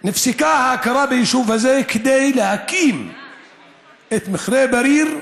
נפסקה ההכרה ביישוב הזה כדי להקים את מכרה בריר,